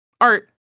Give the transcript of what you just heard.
art